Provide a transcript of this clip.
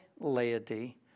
laity